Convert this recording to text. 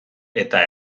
eta